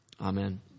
Amen